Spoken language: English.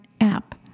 app